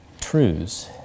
truths